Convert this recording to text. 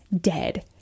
dead